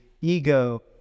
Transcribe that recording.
ego